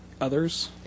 others